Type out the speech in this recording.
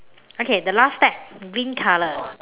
okay the last stack green color